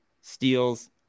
steals